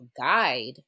guide